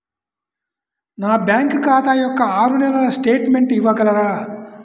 నా బ్యాంకు ఖాతా యొక్క ఆరు నెలల స్టేట్మెంట్ ఇవ్వగలరా?